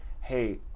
hey